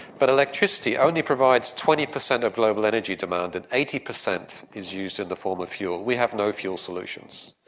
but electricity only provides twenty percent of global energy demand, and eighty percent is used in the form of fuel. we have no fuel solutions.